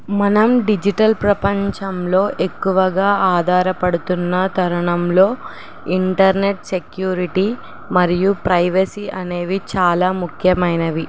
మనం డిజిటల్ ప్రపంచంలో ఎక్కువగా ఆధారపడుతున్న తరుణంలో ఇంటర్నెట్ సెక్యూరిటీ మరియు ప్రైవసీ అనేవి చాలా ముఖ్యమైనవి